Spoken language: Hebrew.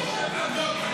הצבעה.